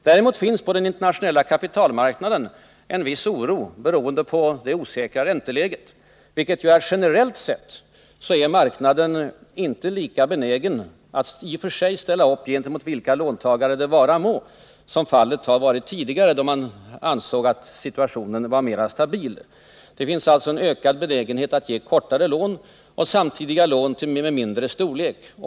Däremot finns på den internationella kapitalmarknaden en viss oro beroende på det osäkra ränteläget, vilket gör att marknaden generellt sett inte är lika benägen att ställa upp gentemot vilka låntagare det vara må, som fallet har varit tidigare då situationen var mera stabil. Det finns alltså nu en ökad benägenhet att ge kortare lån och samtidiga lån till mindre storlek.